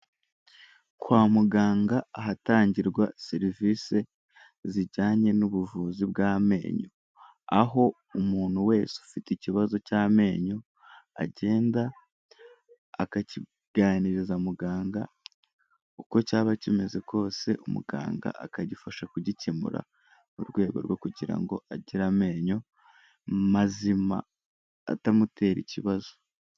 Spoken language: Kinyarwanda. Kwa muganga ahatangirwa serivisi zijyanye n'ubuvuzi bw'amenyo, aho umuntu wese ufite ikibazo cy'amenyo agenda akakiganiriza muganga uko cyaba kimeze kose, umuganga akagifasha kugikemura mu rwego rwo kugira ngo agire amenyo mazima atamutera ikibazo.